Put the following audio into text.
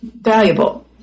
valuable